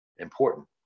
important